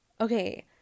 Okay